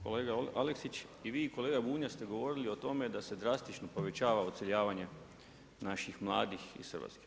Kolega Aleksić i vi i kolega Bunjac ste govorili o tome da se drastično povećava odseljavanje naših mladih iz Hrvatske.